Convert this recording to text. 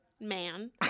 man